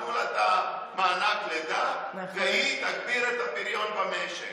תנו לה את מענק הלידה, והיא תגביר את הפריון במשק.